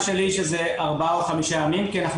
ההערכה שלי היא שזה אורך ארבעה או חמישה ימים כי אנחנו